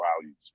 values